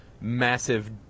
massive